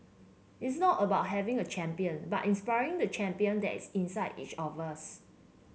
it's not about having a champion but inspiring the champion that is inside each of us